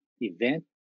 event